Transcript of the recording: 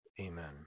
Amen